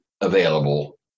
available